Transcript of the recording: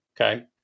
okay